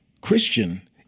Christian